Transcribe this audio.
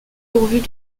pourvus